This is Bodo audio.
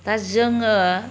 दा जोङो